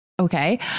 Okay